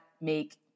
make